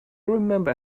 remember